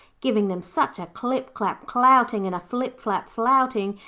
giving them such a clip-clap clouting and a flip-flap flouting,